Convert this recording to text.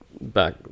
back